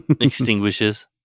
extinguishes